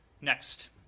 Next